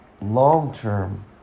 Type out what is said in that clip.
long-term